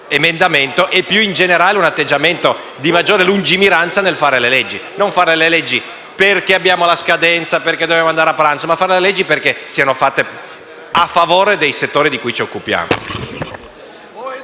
e, più in generale, un atteggiamento di maggiore lungimiranza nel fare le leggi. Non dobbiamo fare le leggi perché abbiamo una scadenza o dobbiamo andare a pranzo. Le leggi devono essere a favore dei settori di cui ci occupiamo.